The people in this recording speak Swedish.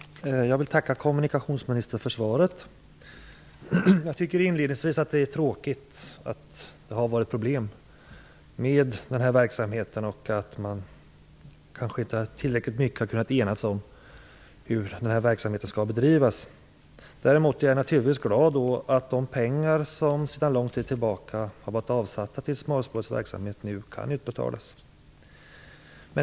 Herr talman! Jag vill tacka kommunikationsministern för svaret. Jag tycker inledningsvis att det är tråkigt att det har varit problem med smalspårsverksamheten och att man kanske inte tillräckligt mycket har kunnat enas om hur verksamheten skall bedrivas. Däremot är jag naturligtvis glad att de pengar som sedan lång tid tillbaka har varit avsatta för smalspårsverksamheten nu kan utbetalas.